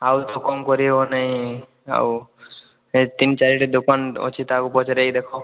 ଆଉ ତ କମ କରିହେବନି ଆଉ ଏଇ ତିନି ଚାରିଟା ଦୋକାନ ଅଛି ତାହାକୁ ପଚାରିକି ଦେଖ